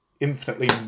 infinitely